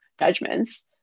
judgments